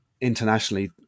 Internationally